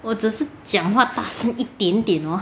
我只是讲话大声一点点 hor 它就红 but